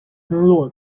村落